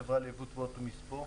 חברה ליבוא תבואות ומספוא.